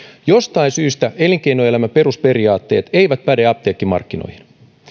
jostain syystä elinkeinoelämän perusperiaatteet eivät päde apteekkimarkkinoihin